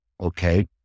Okay